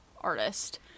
artist